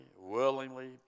willingly